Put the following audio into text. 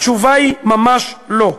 התשובה היא: ממש לא.